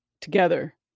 together